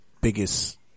biggest